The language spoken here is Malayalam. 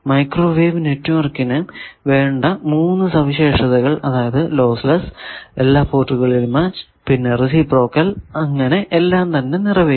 മൈക്രോവേവ് നെറ്റ്വർക്കിന് വേണ്ട മൂന്നു സവിശേഷതകൾ അതായതു ലോസ് ലെസ്സ് എല്ലാ പോർട്ടിലും മാച്ച് പിന്നെ റേസിപ്രോക്കൽ അങ്ങനെ എല്ലാം തന്നെ നിറവേറ്റി